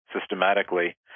systematically